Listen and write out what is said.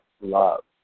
love